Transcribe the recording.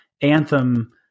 anthem